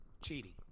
cheating